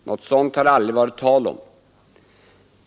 Något sådant har det aldrig varit tal om.